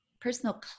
personal